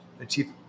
achieve